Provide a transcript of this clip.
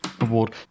award